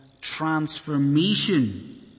transformation